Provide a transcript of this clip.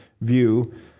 view